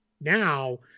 now